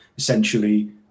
Essentially